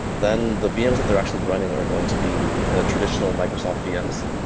then the vms that they're actually running are going to be kind of traditional microsoft vms.